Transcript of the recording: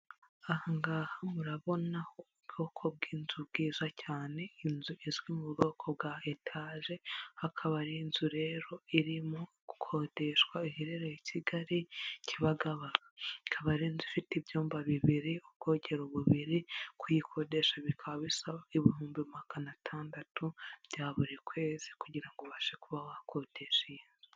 Aha ngaha murabona ubwoko bw'inzu bwiza cyane, inzu izwi mu bwoko bwa etage, akaba ari inzu rero irimo gukodeshwa iherereye i Kigali Kibagaba, akaba ari inzu ifite ibyumba bibiri, ubwogero bubiri, kuyikodesha bikaba bisaba ibihumbi magana atandatu bya buri kwezi kugira ngo ubashe kuba wakodesha iyi nzu.